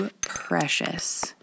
precious